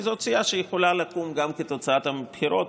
כי זאת סיעה שיכולה לקום גם כתוצאת הבחירות,